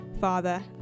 Father